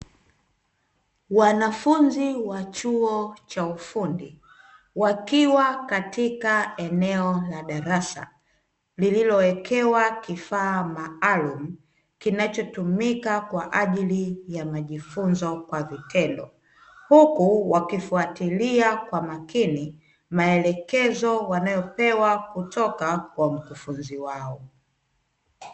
Wanafunzi wa chuo cha ufundi, wakiwa katika eneo la darasa lililowekewa kifaa maalumu kinachotumika kwa ajili ya mafunzo ya vitendo, huku wakifuatilia kwa makini maelekezo wanayopewa kutoka kwa mkufunzi wao.